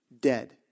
Dead